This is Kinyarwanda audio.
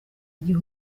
igihe